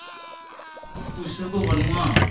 ᱯᱩᱭᱥᱟᱹ ᱠᱚ ᱵᱟᱹᱱᱩᱜᱼᱟ